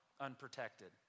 unprotected